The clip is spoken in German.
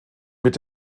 mit